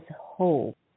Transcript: hope